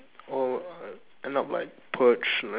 or end up like purge